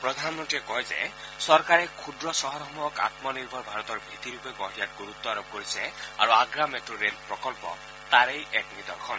প্ৰধানমন্ত্ৰীয়ে কয় যে চৰকাৰে ক্ষুদ্ৰ চহৰসমূহক আত্মনিৰ্ভৰ ভাৰতত ভেটিৰূপে গঢ় দিয়াত গুৰুত্ব আৰোপ কৰিছে আৰু আগ্ৰা মেট্ ৰে'ল প্ৰকল্প তাৰেই এক নিদৰ্শন